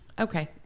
Okay